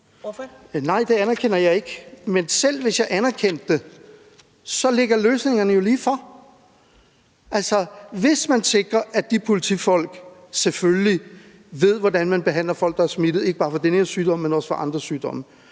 (EL): Nej, det anerkender jeg ikke. Men selv hvis jeg anerkendte det, ligger løsningerne jo lige for. Altså, hvis man sikrer, at de politifolk selvfølgelig ved, hvordan man behandler folk, der er smittet – ikke bare med den her sygdom, men også med andre sygdomme